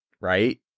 right